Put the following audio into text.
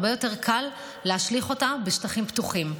הרבה יותר קל להשליך אותה בשטחים פתוחים.